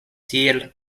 tiel